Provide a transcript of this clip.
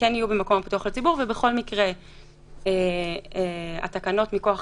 יהיו במקום פתוח לציבור ובכל מקרה התקנות מכוח